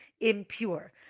impure